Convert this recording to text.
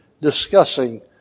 discussing